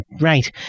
right